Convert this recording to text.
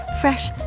fresh